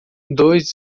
dois